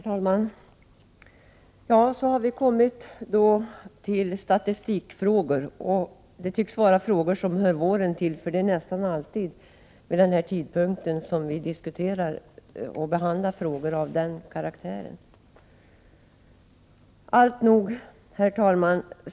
Herr talman! Så har vi då kommit till statistikfrågor. De tycks höra våren till, för det är nästan alltid vid den här tidpunkten som vi diskuterar frågor av det slaget.